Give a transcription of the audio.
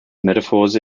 metaphors